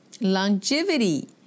longevity